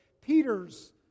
Peter's